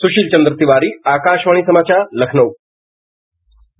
सुशील चन्द्र तिवारी आकाशवाणी समाचार लखनरू